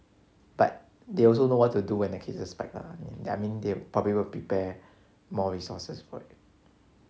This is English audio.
but they also know what to do when the cases spike lah I mean they probably will prepare more resources